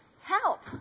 Help